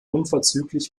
unverzüglich